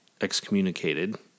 excommunicated